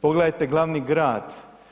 Pogledajte glavni grad.